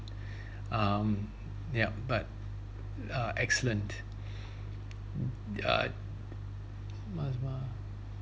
um yup but uh excellent uh mars bar